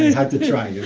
had to try, yeah